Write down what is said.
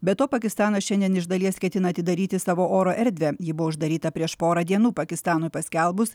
be to pakistanas šiandien iš dalies ketina atidaryti savo oro erdvę ji buvo uždaryta prieš porą dienų pakistanui paskelbus